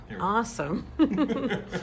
Awesome